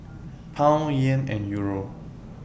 Pound Yen and Euro